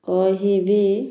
କହିବି